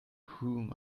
whom